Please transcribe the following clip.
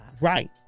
right